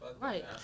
right